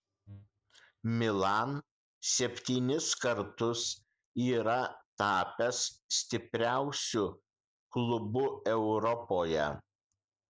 milan septynis kartus yra tapęs stipriausiu klubu europoje